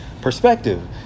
perspective